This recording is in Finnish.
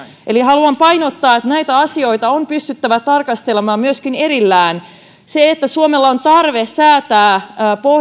eli haluan painottaa että näitä asioita on pystyttävä tarkastelemaan myöskin erillään se että suomella on tarve säätää